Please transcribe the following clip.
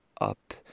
up